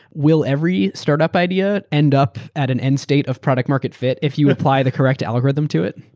will every startup idea end up at an end state of product market fit if you apply the correct algorithm to it?